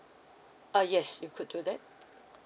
uh yes you could do that